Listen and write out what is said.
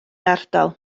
ardal